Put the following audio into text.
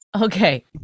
Okay